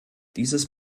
dieses